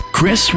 Chris